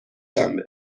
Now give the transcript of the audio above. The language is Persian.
شنبه